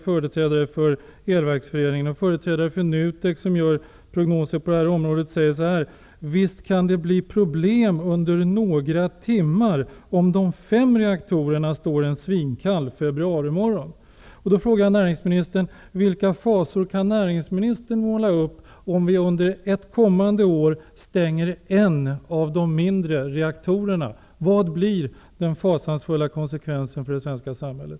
Företrädare för NUTEK, som gör prognoser på det här området, säger: Visst kan det bli problem under några timmar, om de fem reaktorerna står en svinkall februarimorgon. Då frågar jag näringsministern: Vilka fasor kan näringsministern måla upp, om vi under ett kommande år stänger en av de mindre reaktorerna? Vad blir den fasansfulla konsekvensken av det för det svenska samhället?